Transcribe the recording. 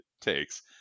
takes